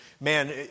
man